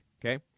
okay